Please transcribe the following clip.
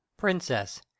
Princess